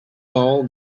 ball